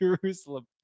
Jerusalem